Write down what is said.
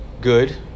good